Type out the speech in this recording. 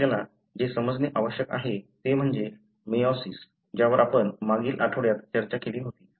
तर आपल्याला जे समजणे आवश्यक आहे ते म्हणजे मेयोसिस ज्यावर आपण मागील आठवड्यात चर्चा केली होती